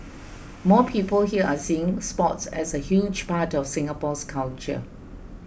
more people here are seeing sports as a huge part of Singapore's culture